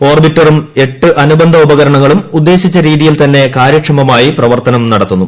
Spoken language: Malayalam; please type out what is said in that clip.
ഓർബിറ്ററും എട്ട് അനുബന്ധ ഉപകരണങ്ങളും ഉദ്ദേശിച്ച രീതിയിൽ തന്നെ കാര്യക്ഷമമായി പ്രവർത്തനം നടത്തുന്നു